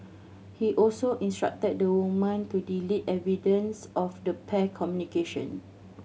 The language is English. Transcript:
he also instructed the woman to delete evidence of the pair communication